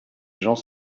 gens